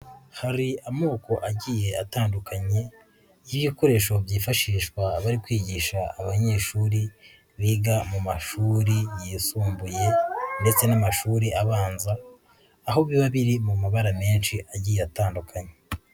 Hari amoko agiye atandukanye y'ibikoresho byifashishwa bari kwigisha abanyeshuri biga mu mashuri yisumbuye ndetse n'amashuri abanza, aho biba biri mu mabara menshi agiye atandukanye.